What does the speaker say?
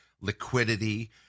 liquidity